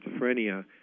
schizophrenia